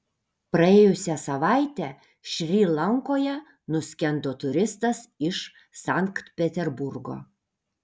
praėjusią savaitę šri lankoje nuskendo turistas iš sankt peterburgo